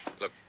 Look